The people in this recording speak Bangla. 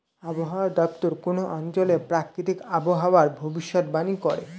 আবহাওয়া দপ্তর কোন অঞ্চলের প্রাকৃতিক আবহাওয়ার ভবিষ্যতবাণী করে